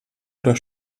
oder